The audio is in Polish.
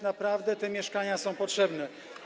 Naprawdę te mieszkania są potrzebne.